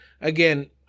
again